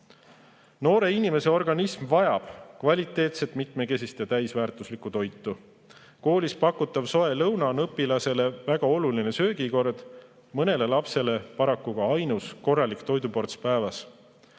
Noore inimese organism vajab kvaliteetset, mitmekesist ja täisväärtuslikku toitu. Koolis pakutav soe lõuna on õpilasele väga oluline söögikord, mõnele lapsele paraku ka ainus korralik toiduports päevas.